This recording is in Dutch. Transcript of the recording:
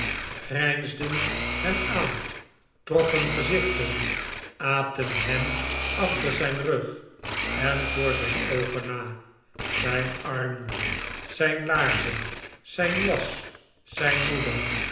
grijnsden hem aan trokken gezichten aapten hem achter zijn rug en voor zijn oogen na zijn armoede zijn laarzen zijn jas zijn moeder